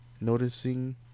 noticing